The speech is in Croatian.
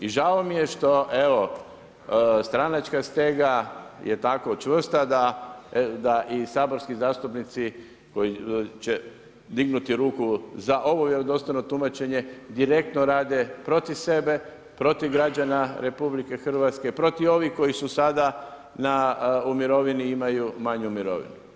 I žao mi je što stranačka stega je tako čvrsta da i saborski zastupnici koji će dignuti ruku za ovo vjerodostojno tumačenje direktno rade protiv sebe, protiv građana RH, protiv ovih koji su sada u mirovini i imaju malu mirovinu.